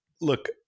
Look